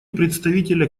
представителя